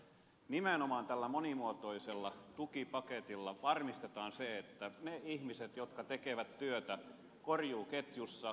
nimenomaan tällä monimuotoisella tukipaketilla varmistetaan se että ne ihmiset jotka tekevät työtä korjuuketjussa osallistuvat tähän